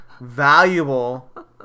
valuable